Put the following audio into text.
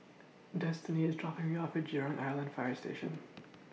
Destini IS dropping Me off At Jurong Island Fire Station